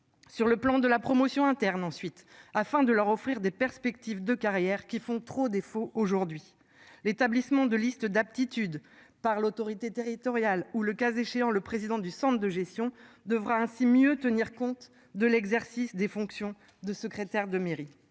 Sur le plan de la promotion interne ensuite afin de leur offrir des perspectives de carrière, qui font trop défaut aujourd'hui. L'établissement de listes d'aptitudes par l'autorité territoriale ou le cas échéant, le président du Centre de gestion devra ainsi mieux tenir compte de l'exercice des fonctions de secrétaire de mairie,